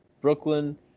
Brooklyn